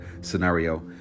scenario